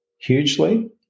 hugely